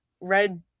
red